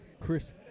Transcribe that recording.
Chris